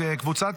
קבוצת